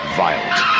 violent